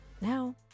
Now